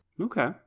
Okay